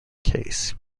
case